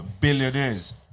billionaires